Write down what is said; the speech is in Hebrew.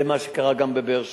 זה מה שקרה גם בבאר-שבע: